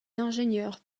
ingénieur